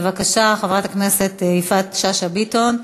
בבקשה, חברת הכנסת יפעת שאשא ביטון,